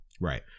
Right